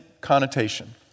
connotation